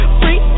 free